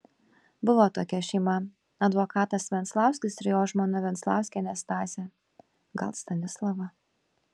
buvo tokia šeima advokatas venclauskis ir jo žmona venclauskienė stasė gal stanislava